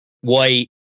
white